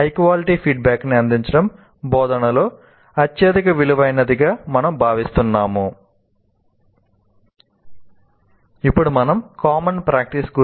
high quality feedback న్ని అందించడం బోధనలో అత్యధిక విలువైనదని మేము భావిస్తున్నాము